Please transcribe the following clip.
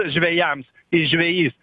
žvejams jis žvejys